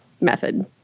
method